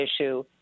issue